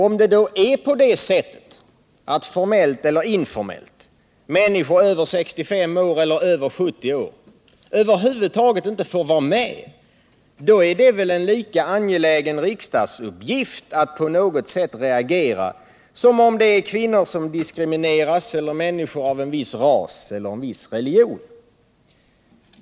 Om det är på det sättet att människor över 65 eller 70 år formellt eller informellt över huvud taget inte får vara med är det väl då en lika angelägen riksdagsuppgift att på något sätt reagera som om det var fråga om kvinnor eller människor av en viss ras eller religion som diskriminerades.